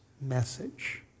message